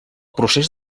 procés